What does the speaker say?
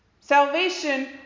Salvation